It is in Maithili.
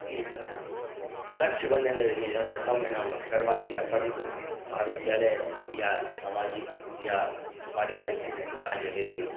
ई लक्ष्य बनेने रहियै हमरा छओ महिनामे करबाके अछि परन्तु महाविद्यालय या सामाजिक या पारिवारिक एहन एहन काज एलै जे ओ